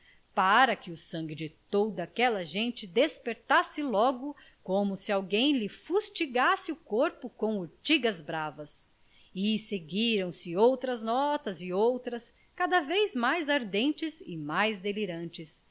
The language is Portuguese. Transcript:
para que o sangue de toda aquela gente despertasse logo como se alguém lhe fustigasse o corpo com urtigas bravas e seguiram-se outras notas e outras cada vez mais ardentes e mais delirantes